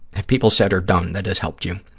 have people said or done that has helped you?